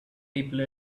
people